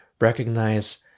recognize